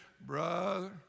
brother